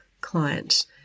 client